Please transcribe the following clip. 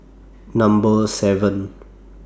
Number seven